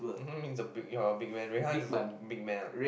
means the big your a big man Rui-Han also big man what